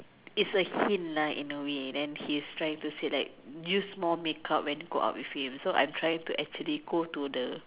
it's a hint lah in a way then he's trying to say like use more make when go out with him so I'm trying to actually go to the